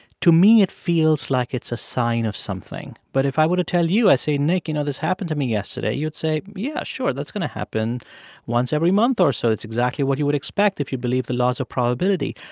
to me, it feels like it's a sign of something but if i were to tell you i say, nick, you know, this happened to me yesterday, you'd say, yeah, sure that's going to happen once every month or so. it's exactly what you would expect if you believe the laws of probability.